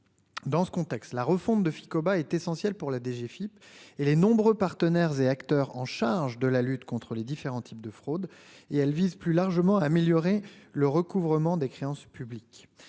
Dans ce contexte, la refonte de Ficoba est essentiel pour la DGFIP et les nombreux partenaires et acteurs en charge de la lutte contre les différents types de fraude et elle vise plus largement améliorer le recouvrement des créances publiques